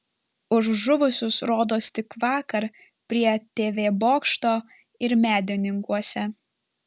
už žuvusius rodos tik vakar prie tv bokšto ir medininkuose